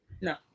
No